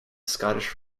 scottish